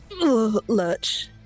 lurch